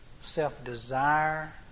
self-desire